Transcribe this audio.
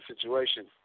situation